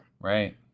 Right